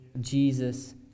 Jesus